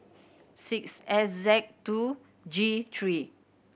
six S Z two G three